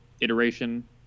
iteration